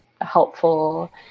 helpful